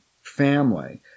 family